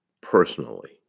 personally